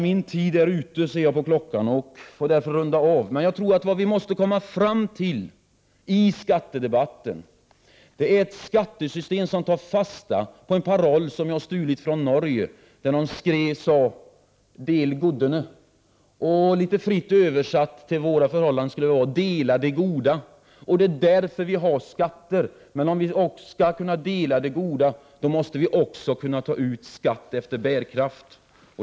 Vi måste enligt min mening skapa ett skattesystem som tar fasta på en paroll som jag har stulit från ett politiskt parti i Norge, nämligen: Del godene. Fritt översatt till våra förhållanden skulle det betyda: Dela det goda. Det är därför vi har skatter. Men om vi skall kunna dela det goda, då måste också skatt tas ut efter bärkraft.